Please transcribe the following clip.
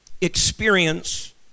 experience